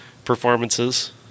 performances